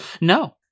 No